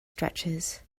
stretches